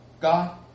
God